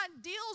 deals